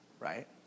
right